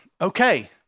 okay